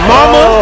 Mama